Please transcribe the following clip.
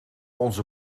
onze